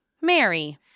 Mary